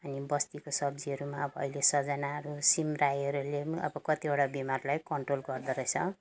अनि बस्तीको सब्जीहरू पनि अब अहिले सजनाहरू सिमरायोहरूले पनि अब कतिवटा बिमारलाई कन्ट्रोल गर्दोरहेछ